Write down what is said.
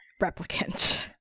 replicant